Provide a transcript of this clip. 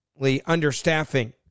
understaffing